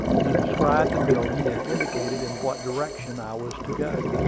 he described the building, and indicated in what direction i was to go.